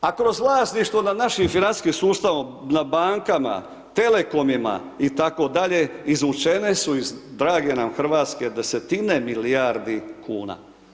A kroz vlasništvo nad našim financijskim sustavom, na bankama, telekomima, i tako dalje, izvučene su iz drage nam Hrvatske, desetine milijardi kuna.